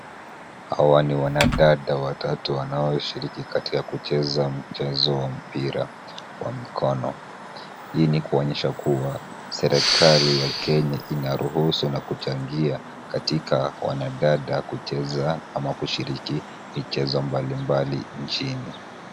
Hawa ni wanadada watatu wanaoshiriki katika kucheza mchezo wa mpira wa mikono. Hii ni kuonyesha kuwa serikali ya Kenya inaruhusu na kuchangia katika wanadada kucheza ama kushiriki michezo mbalimbali nchini.